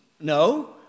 No